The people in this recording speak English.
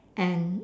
and